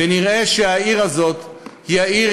ונראה שהעיר הזאת היא העיר,